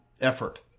Effort